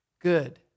good